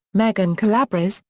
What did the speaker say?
megan calabrese,